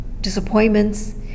disappointments